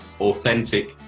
authentic